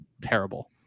Terrible